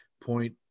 point